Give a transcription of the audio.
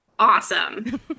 awesome